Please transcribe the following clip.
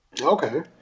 Okay